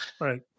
right